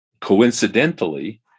coincidentally